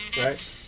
right